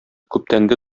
күптәнге